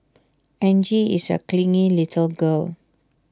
Angie is A clingy little girl